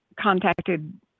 contacted